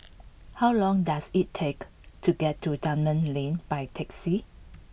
how long does it take to get to Dunman Lane by taxi